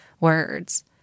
words